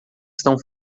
estão